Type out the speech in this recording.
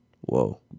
Whoa